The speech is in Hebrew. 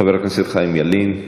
חבר הכנסת חיים ילין.